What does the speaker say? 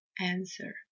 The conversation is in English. answer